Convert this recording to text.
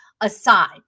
aside